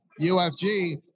UFG